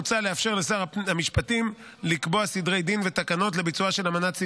מוצע לאפשר לשר המשפטים לקבוע סדרי דין ותקנות לביצועה של אמנת סינגפור,